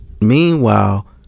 Meanwhile